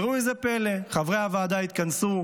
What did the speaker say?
וראו איזה פלא: חברי הוועדה התכנסו,